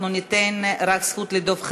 אנחנו ניתן זכות רק לדב חנין,